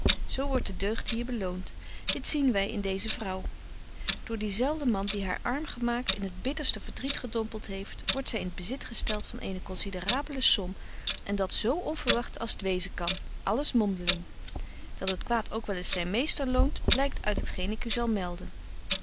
zo wordt de deugd hier beloont dit zien wy in deeze vrouw door dien zelfden man die haar arm gemaakt in het bitterste verdriet gedompelt heeft wordt zy in t bezit gestelt van eene considerable som en dat zo onverwagt als t wezen kan alles mondeling dat het kwaad ook wel eens zyn meester loont blykt uit het geen ik u zal melden